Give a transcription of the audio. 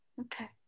Okay